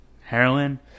Heroin